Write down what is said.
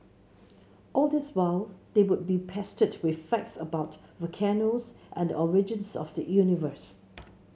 all this while they would be pestered with facts about volcanoes and the origins of the universe